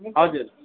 हजुर